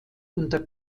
unter